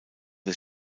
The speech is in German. des